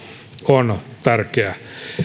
on tärkeä